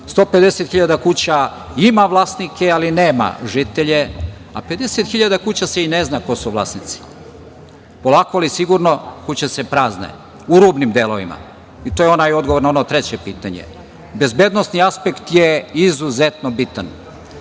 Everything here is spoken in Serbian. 150.000 kuća ima vlasnike, ali nema žitelje, a 50.000 kuća se i ne zna ko su vlasnici. Polako, ali sigurno kuće se prazne u rubnim delovima, i to je onaj odgovor na ono treće pitanje. Bezbednosni aspekt je izuzetno bitan